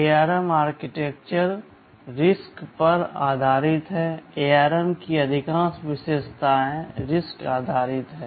अब ARM architecture RISC पर आधारित है ARM की अधिकांश विशेषताएं RISC आधारित हैं